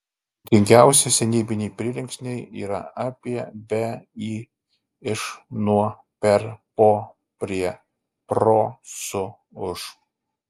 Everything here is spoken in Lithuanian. būdingiausi senybiniai prielinksniai yra apie be į iš nuo per po prie pro su už